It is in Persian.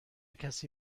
کسی